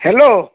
hello